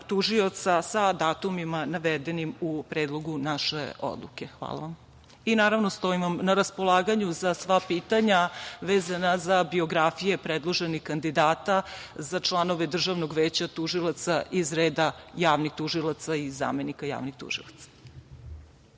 sa datumima navedenim u predlogu naše odluke. Naravno, stojim vam na raspolaganju za sva pitanja vezana za biografije predloženih kandidata za članove DVT iz reda javnih tužilaca i zamenika javnih tužilaca.